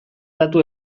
datu